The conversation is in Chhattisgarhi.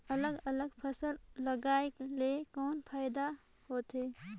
अलग अलग फसल लगाय ले कौन फायदा होथे?